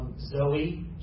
Zoe